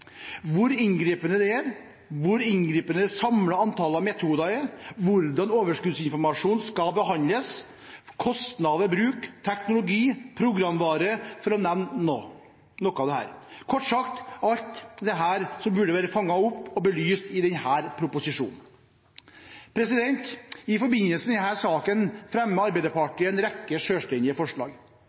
hvor inngripende det er, hvor inngripende det samlede antall metoder er, hvordan overskuddsinformasjon skal behandles, kostnader ved bruk, teknologi, programvare, for å nevne noe. Kort sagt – alt det som burde vært fanget opp og belyst i denne proposisjonen. I forbindelse med denne saken fremmer Arbeiderpartiet en rekke selvstendige forslag.